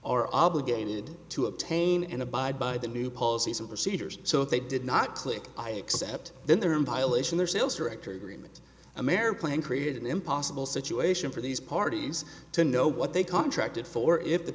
are obligated to obtain and abide by the new policies and procedures so if they did not click i accept then they're in violation their sales director agreement a mare plan create an impossible situation for these parties to know what they contracted for if the